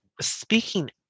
speaking